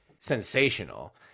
sensational